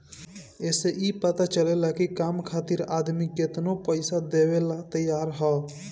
ए से ई पता चलेला की काम खातिर आदमी केतनो पइसा देवेला तइयार हअ